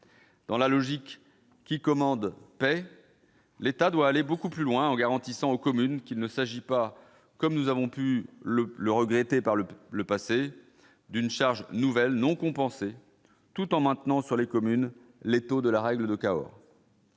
Dans la logique qui commande paie l'État doit aller beaucoup plus loin en garantissant aux communes qu'il ne s'agit pas comme nous avons pu le le regretté par le le passé d'une charge nouvelle non compenser tout en maintenant, sur les communes l'taux de la règle de Cahors.